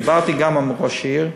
דיברתי גם עם ראש העיר,